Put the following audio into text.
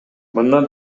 мындан